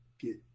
get